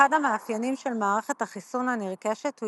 אחד המאפיינים של מערכת החיסון הנרכשת הוא